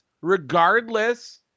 regardless